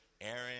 Aaron